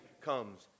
comes